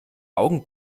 augen